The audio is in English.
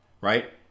right